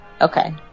Okay